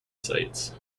sites